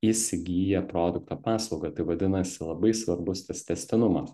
įsigyja produktą paslaugą tai vadinasi labai svarbus tas tęstinumas